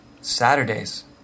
Saturdays